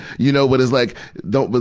you know, but it's like don't,